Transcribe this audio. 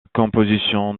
composition